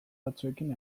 batzuekin